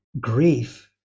grief